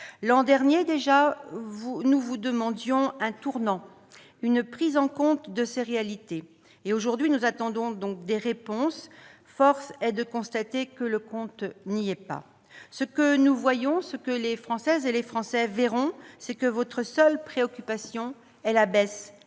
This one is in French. L'an dernier déjà, nous vous demandions d'opérer un tournant, une prise en compte de ces réalités ; aujourd'hui, nous attendons des réponses, et force est de constater que le compte n'y est pas. Ce que nous voyons, ce que les Françaises et les Français verront, c'est que votre seule préoccupation est la baisse